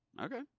Okay